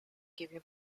given